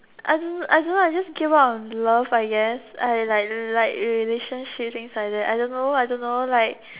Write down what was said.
I don't know I don't know I just gave up on love I guess I like like relationship things like that I don't know I don't know like